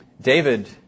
David